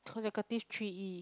consecutive three E